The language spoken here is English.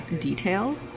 detail